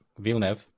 Vilnev